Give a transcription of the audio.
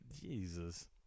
Jesus